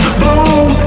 bloom